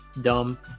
dumb